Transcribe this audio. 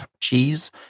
cheese